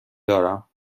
دارم